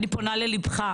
אני פונה לליבך,